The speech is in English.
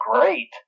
great